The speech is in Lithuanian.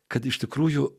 kad iš tikrųjų